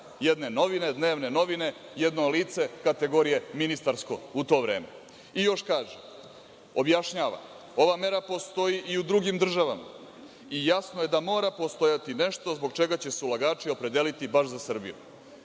jedne dnevne novine jedno lice kategorije ministarsko, u to vreme. Još kaže, objašnjava: „Ova mera postoji i u drugim državama i jasno je da mora postojati nešto zbog čega će se ulagači opredeliti baš za Srbiju“.